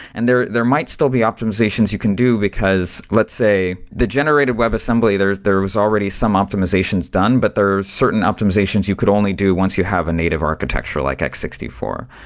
and there there might still be optimizations you can do, because, let's say, the generated webassembly, there there was already some optimizations done, but there are certain optimizations you could only do once you have a native architecture, like x six four.